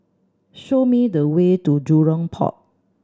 show me the way to Jurong Port